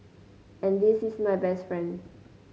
and this is my best friend